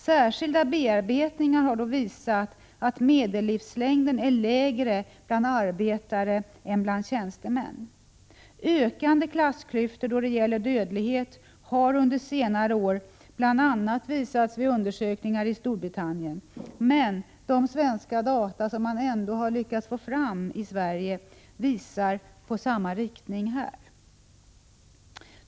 Särskilda bearbetningar har dock visat att medellivslängden är lägre bland arbetare än bland tjänstemän. Ökande klassklyftor då det gäller dödlighet har under senare år bl.a. visats vid undersökningar i Storbritannien, men även svenska data, som man lyckats få fram, pekar i samma riktning.